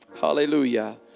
hallelujah